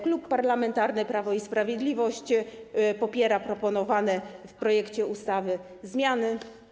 Klub Parlamentarny Prawo i Sprawiedliwość popiera proponowane w projekcie ustawy zmiany.